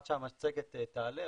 עד שהמצגת תעלה,